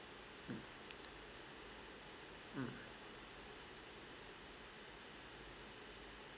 mm mm